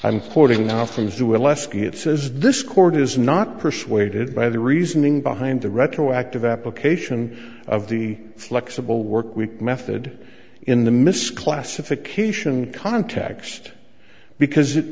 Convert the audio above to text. it says this court is not persuaded by the reasoning behind the retroactive application of the flexible work week method in the misclassification context because it